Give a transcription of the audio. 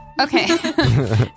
Okay